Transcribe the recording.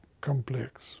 complex